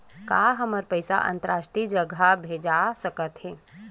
का हमर पईसा अंतरराष्ट्रीय जगह भेजा सकत हे?